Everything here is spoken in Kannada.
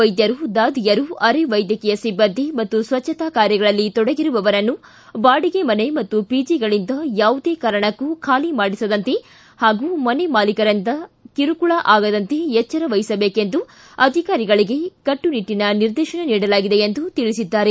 ವೈದ್ಯಕು ದಾದಿಯರು ಅರೇ ವೈದ್ಯಕೀಯ ಸಿಬ್ಬಂದಿ ಮತ್ತು ಸ್ವಚ್ಛತಾ ಕಾರ್ಯಗಳಲ್ಲಿ ತೊಡಗಿರುವವರನ್ನು ಬಾಡಿಗೆ ಮನೆ ಮತ್ತು ಪಿಜೆಗಳಿಂದ ಯಾವುದೇ ಕಾರಣಕೂ ಖಾಲಿ ಮಾಡಿಸದಂತೆ ಹಾಗೂ ಮನೆ ಮಾಲೀಕರಿಂದ ಕಿರುಕಳ ಆಗದಂತೆ ಎಚ್ಚರ ವಹಿಸಬೇಕೆಂದು ಅಧಿಕಾರಿಗಳಿಗೆ ಕಟ್ಟುನಿಟ್ಟನ ನಿರ್ದೇಶನ ನೀಡಲಾಗಿದೆ ಎಂದು ತಿಳಿಸಿದ್ದಾರೆ